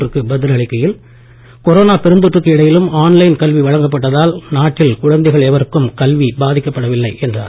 பிரகாஷ் ஒன்றுக்கு பதில் அளிக்கையில் கொரோனா பெருந்தொற்றுக்கு இடையிலும் ஆன்லைன் கல்வி வழங்கப் பட்டதால் நாட்டில் குழந்தைகள் எவருக்கும் கல்வி பாதிக்கப் படவில்லை என்றார்